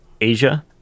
asia